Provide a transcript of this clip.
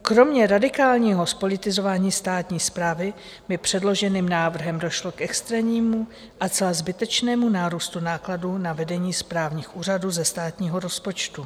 Kromě radikálního zpolitizování státní správy by předloženým návrhem došlo k extrémnímu a zcela zbytečnému nárůstu nákladů na vedení správních orgánů ze státního rozpočtu.